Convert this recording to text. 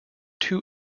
two